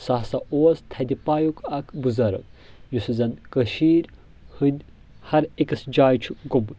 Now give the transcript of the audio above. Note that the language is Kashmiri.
سُہ ہسا اوس تھدِ پایُک اکھ بُزرٕگ یُس زن کٔشیٖر ہٕنٛدۍ ہر أکِس جایہِ چھُ گوٚمُت